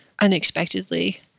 unexpectedly